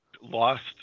lost